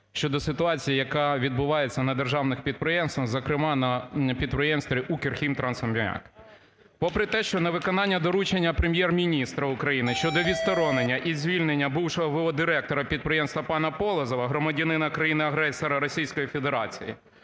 щодо ситуації, яка відбувається на державних підприємствах, зокрема на підприємстві "Укрхімтрансаміак". Попри те, що на виконання доручення Прем'єр-міністра України щодо відсторонення і звільнення бувшого директора підприємства пана Полозова громадянина країни-агресора Російської Федерації,